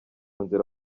nzira